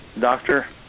doctor